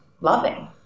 loving